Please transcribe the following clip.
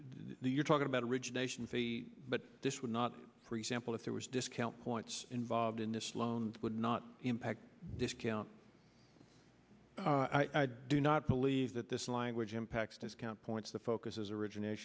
the you're talking about origination fee but this would not for example if there was discount points involved in this loan would not impact this i do not believe that this language impacts discount points the focus is originat